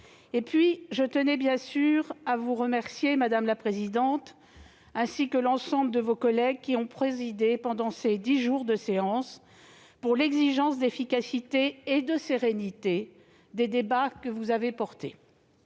Je souhaite aussi vous remercier, madame la présidente, ainsi que l'ensemble de vos collègues qui ont présidé pendant ces dix jours de séance, pour l'exigence d'efficacité et de sérénité que vous avez portée.